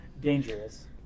Dangerous